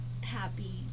happy